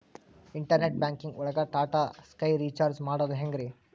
Internet banking ಒಳಗ್ Tata sky recharge ಮಾಡದ್ ಹೆಂಗ್ರೀ?